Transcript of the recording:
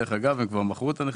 דרך אגב, הם כבר מכרו את הנכסים.